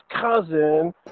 cousin